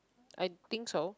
I think so